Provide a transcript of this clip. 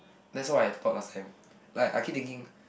that's what I thought last time like I keep thinking